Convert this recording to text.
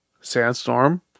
Sandstorm